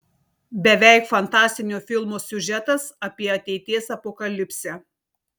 beveik fantastinio filmo siužetas apie ateities apokalipsę